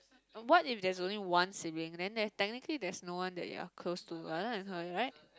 um what if there's only one sibling then there technically there is no one that you are close to other than her right